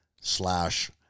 slash